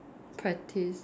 practice